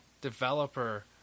developer